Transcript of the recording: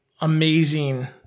amazing